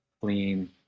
clean